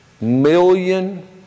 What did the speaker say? million